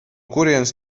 kurienes